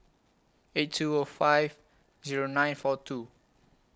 eight two O five Zero nine four two